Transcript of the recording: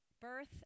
birth